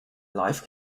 life